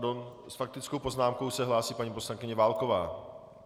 S faktickou poznámkou se hlásí paní poslankyně Válková.